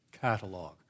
catalog